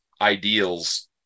ideals